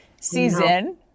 season